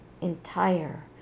entire